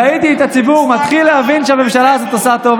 ראיתי את הציבור מתחיל להבין שהממשלה הזאת עושה טוב.